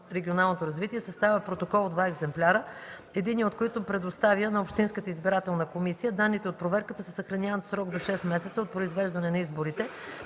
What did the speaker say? регионалното развитие съставя протокол в два екземпляра, единия от които предоставя на общинската избирателна комисия. Данните от проверката се съхраняват в срок до 6 месеца от произвеждане на изборите.